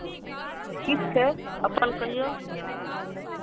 ठीक छै अपन कहियौ